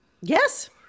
Yes